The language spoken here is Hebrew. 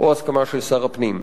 או הסכמה של שר הפנים.